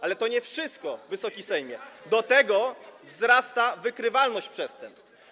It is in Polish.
Ale to nie wszystko, Wysoki Sejmie, do tego wzrasta wykrywalność przestępstw.